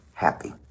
happy